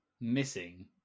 missing